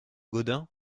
gaudin